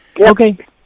okay